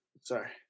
Sorry